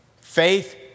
Faith